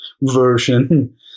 version